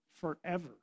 forever